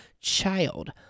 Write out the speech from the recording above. child